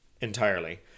entirely